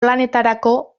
lanetarako